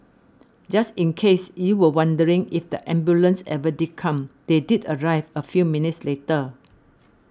just in case you were wondering if the ambulance ever did come they did arrive a few minutes later